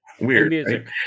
Weird